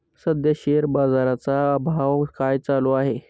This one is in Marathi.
सध्या शेअर बाजारा चा भाव काय चालू आहे?